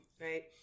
right